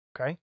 Okay